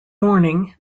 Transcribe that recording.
morning